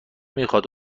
میخواد